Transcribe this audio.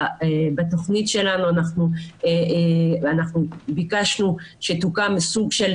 בתוכנית שלנו אנחנו ביקשנו שיוקמו סוג של